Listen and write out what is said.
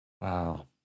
Wow